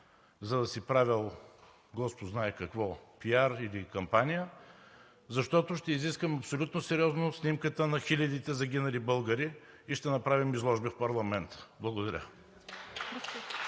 за да си правел – Господ знае какво – пиар или кампания, защото ще изискам абсолютно сериозно снимката на хилядите загинали българи и ще направим изложби в парламента. Благодаря.